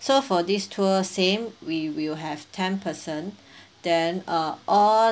so for this tour same we will have ten person then uh all